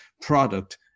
product